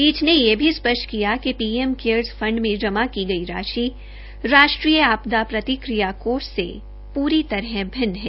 पीट ने यह भी स्पष्ट किया कि पीएम केयर फण्ड में जमा की गई राशि राष्ट्रीय आपदा प्रतिकिया कोष से पूरी तरह भिन्न है